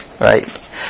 Right